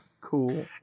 cool